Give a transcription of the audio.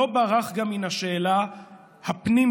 לא ברח גם מן השאלה הפנים-יהודית,